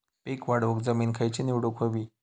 पीक वाढवूक जमीन खैची निवडुक हवी?